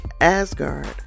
Asgard